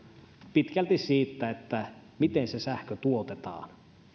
pitkälti siitä miten se sähkö tuotetaan